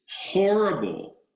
horrible